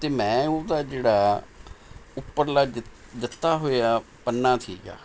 ਅਤੇ ਮੈਂ ਉਹਦਾ ਜਿਹੜਾ ਉੱਪਰਲਾ ਦਿਤ ਦਿੱਤਾ ਹੋਇਆ ਪੰਨਾ ਸੀਗਾ